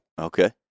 Okay